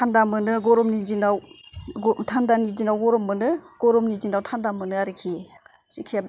थान्दा मोनो गरमनि दिनाव थान्दानि दिनाव गरम मोनो गरमनि दिनाव थान्दा मोनो आरोखि जायखिजाया